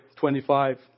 25